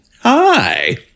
Hi